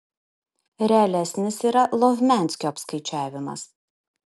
realesnis yra lovmianskio apskaičiavimas